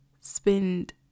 spend